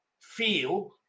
Feel